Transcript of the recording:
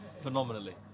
Phenomenally